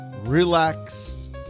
relax